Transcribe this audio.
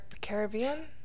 Caribbean